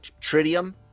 tritium